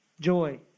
joy